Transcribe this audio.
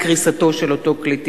קריסתו של אותו כלי תקשורת.